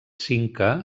cinca